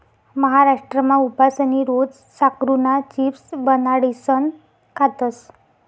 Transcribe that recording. महाराष्ट्रमा उपासनी रोज साकरुना चिप्स बनाडीसन खातस